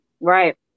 Right